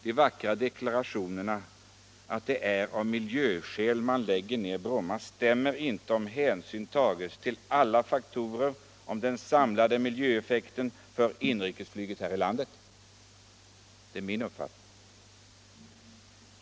De vackra deklarationerna att det är av miljöskäl som man lägger ner Bromma stämmer inte, om hänsyn tas till alla faktorer och den samlade miljöeffekten för inrikesflyget här i landet. Det är min uppfattning.